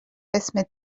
اسم